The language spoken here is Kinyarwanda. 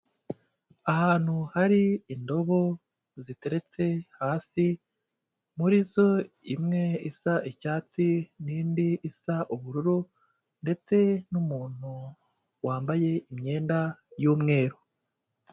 Ahantu hari indobo ziteretse hasi muri zo imwe isa icyatsi n'inindi isa ubururu ndetse n'umuntu wambaye imyenda y'umweru.